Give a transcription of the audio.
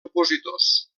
opositors